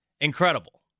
incredible